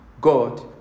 God